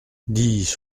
dix